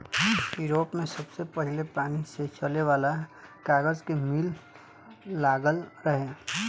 Europe में सबसे पहिले पानी से चले वाला कागज के मिल लागल रहे